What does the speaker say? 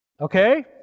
Okay